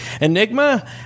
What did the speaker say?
Enigma